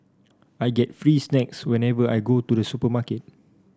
I get free snacks whenever I go to the supermarket